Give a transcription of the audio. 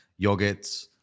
yogurts